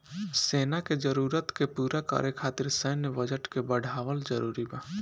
सेना के जरूरत के पूरा करे खातिर सैन्य बजट के बढ़ावल जरूरी बा